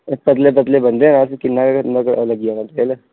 पतले पतले बंदे आं अस किन्ना गै लग्गी जाना तेल